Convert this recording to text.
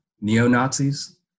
neo-Nazis